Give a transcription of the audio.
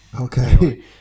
Okay